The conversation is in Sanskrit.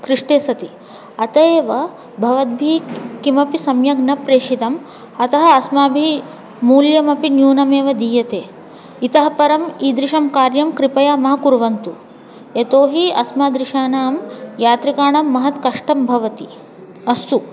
पृष्टे सति अतः एव भवद्भिः किमपि सम्यक् न प्रेषितम् अतः अस्माभिः मूल्यमपि न्यूनमेव दीयते इतः परम् ईदृशं कार्यं कृपया मा कुर्वन्तु यतो हि अस्मादृशाणां यात्रिकाणां महद् कष्टं भवति अस्तु